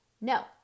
No